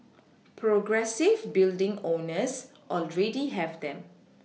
progressive building owners already have them